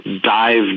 dive